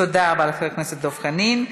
תודה רבה לחבר הכנסת דב חנין.